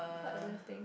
what other thing